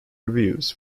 reviews